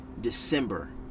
December